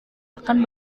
akan